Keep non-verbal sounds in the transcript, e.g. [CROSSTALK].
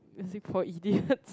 music for idiots [LAUGHS]